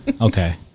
okay